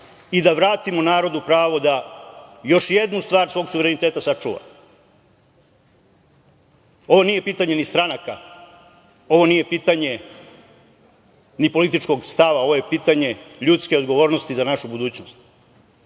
i da vratimo narodu pravo da još jednu stvar svog suvereniteta sačuva. Ovo nije pitanje ni stranaka, ovo nije pitanje ni političkog stava, ovo je pitanje ljudske odgovornosti za našu